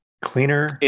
Cleaner